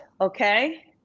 Okay